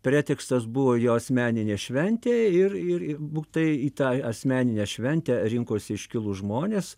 pretekstas buvo jo asmeninė šventė ir ir ir bu tai į tą asmeninę šventę rinkosi iškilūs žmonės